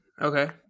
okay